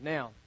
Now